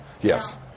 Yes